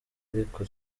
ariko